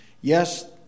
Yes